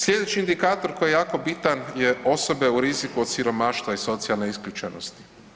Slijedeći indikator koji je jako bitan je osobe u riziku od siromaštva i socijalne isključenosti.